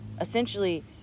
essentially